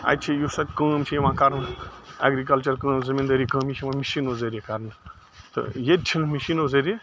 اَتہِ چھِ یُس اَتہِ کٲم چھِ یِوان کَرنہٕ ایٚگرِکَلچر کٲم زٔمیٖندٲری کٲم یہِ چھِ یِوان مِشیٖنو ذٔریعہِ کرنہٕ تہٕ ییٚتہِ چھِنہٕ مِشیٖنو ذٔریعہِ